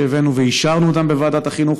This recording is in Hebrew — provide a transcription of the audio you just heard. שהבאנו ואישרנו אותן בוועדת החינוך,